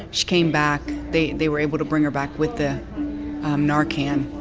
she came back. they they were able to bring her back with the narcan.